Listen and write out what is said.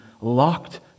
locked